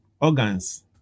organs